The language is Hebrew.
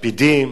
לפידים.